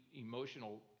emotional